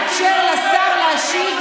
לאפשר לשר להשיב,